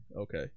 okay